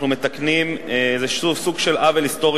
אנחנו מתקנים איזשהו סוג של עוול היסטורי